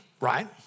right